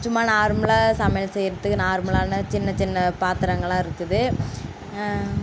சும்மா நார்மலாக சமையல் செய்கிறதுக்கு நார்மலான சின்ன சின்ன பாத்திரங்கள்லாம் இருக்குது